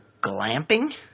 glamping